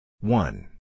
One